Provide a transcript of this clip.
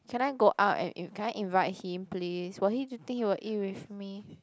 can I go out and in can I invite him please will he you think he will eat with me